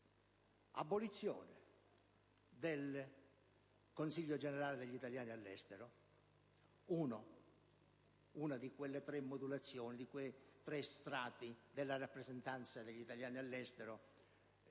abolizione del Consiglio generale degli italiani all'estero,